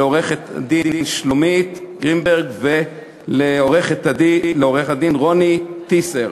לעורכת-הדין שלומית גרינברג ולעורך-הדין רוני טיסר.